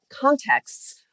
contexts